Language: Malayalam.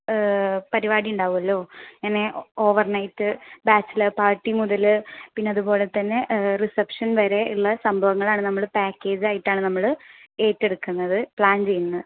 പരിപാടി ഉണ്ടാവുമല്ലോ ഇങ്ങനെ ഓവർനൈറ്റ് ബാച്ചലർ പാർട്ടി മുതൽ പിന്നെ അതുപോലെ തന്നെ റിസപ്ഷൻ വരെ ഉള്ള സംഭവങ്ങളാണ് നമ്മൾ പാക്കേജ് ആയിട്ടാണ് നമ്മൾ ഏറ്റെടുക്കുന്നത് പ്ലാൻ ചെയ്യുന്നത്